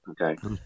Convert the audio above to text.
Okay